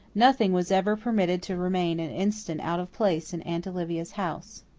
nothing was ever permitted to remain an instant out of place in aunt olivia's house.